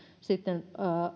sitten